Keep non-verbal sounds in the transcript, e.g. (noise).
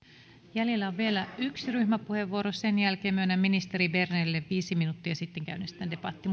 jäljellä on vielä yksi ryhmäpuheenvuoro sen jälkeen myönnän ministeri bernerille viisi minuuttia sitten käynnistetään debatti (unintelligible)